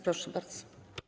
Proszę bardzo.